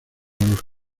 los